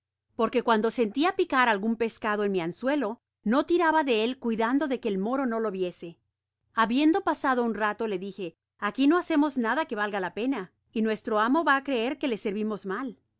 porque cuando sentia picar algun pescado en mi anzuelo no tiraba de él cuidando de que el moro no lo viese habiendo pasado un rato le dije aqui no hacemos nada que valga la pena y nuestro amo va á creer que le servimos mal